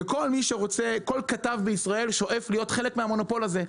וכל כתב בישראל שואף להיות חלק מהמונופול הזה.